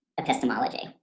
epistemology